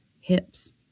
hips